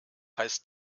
heißt